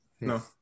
No